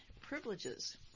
privileges